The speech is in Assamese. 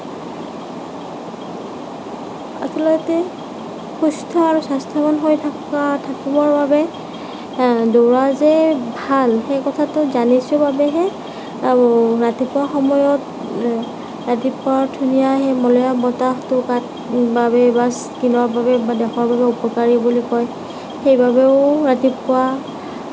আচলতে সুস্থ আৰু স্বাস্থ্যৱান হৈ থাকা থাকিবৰ বাবে দৌৰাযে ভাল সেই কথাটো জানিছোঁ বাবেহে ৰাতিপুৱা সময়ত ৰাতিপুৱাৰ ধুনীয়া সেই মলয়া বতাহটো গাত বাবে বা স্কিণৰ বাবে বা দেহৰ বাবে উপকাৰী বুলি কয় সেইবাবেও ৰাতিপুৱা